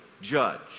judge